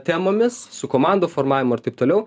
temomis su komandų formavimo ir taip toliau